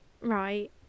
Right